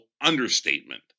understatement